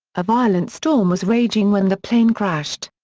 a violent storm was raging when the plane crashed.